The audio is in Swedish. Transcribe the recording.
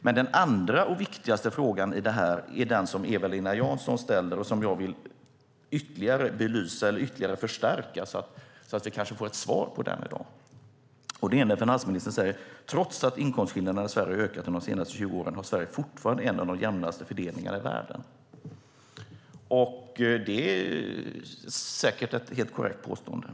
Men den andra och viktigaste frågan från Eva-Lena Jansson vill jag ytterligare belysa och förstärka så att vi kanske får ett svar på den i dag. Den handlar om det som finansministern säger om att trots att inkomstskillnaderna i Sverige har ökat under de senaste 20 åren har Sverige fortfarande en av de jämnaste inkomstfördelningarna i världen. Det är säkert ett helt korrekt påstående.